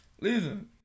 Listen